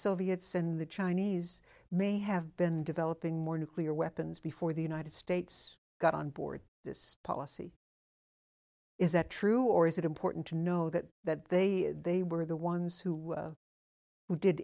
soviets in the chinese may have been developing more nuclear weapons before the united states got on board this policy is that true or is it important to know that that they they were the ones who did